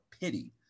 pity